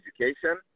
education